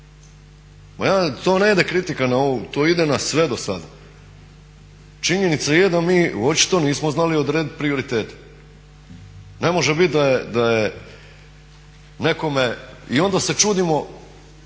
to ne ide kritika na ovu, to ide na sve dosada. Činjenica je da mi očito nismo znali odrediti prioritete. Ne može biti da je nekome, i onda se čudimo